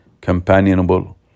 companionable